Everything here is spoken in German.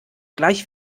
gleich